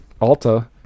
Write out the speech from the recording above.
Alta